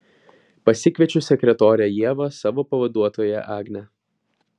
pasikviečiu sekretorę ievą savo pavaduotoją agnę